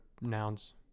nouns